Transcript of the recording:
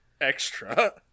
extra